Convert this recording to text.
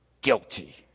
guilty